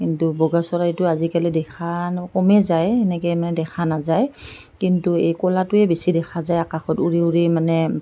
কিন্তু বগা চৰাইটো আজিকালি দেখা ন কমেই যায় এনেকৈ মানে দেখা নাযায় কিন্তু এই ক'লাটোৱে বেছি দেখা যায় আকাশত উৰি উৰি মানে